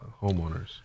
homeowners